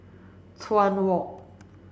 Chuan Walk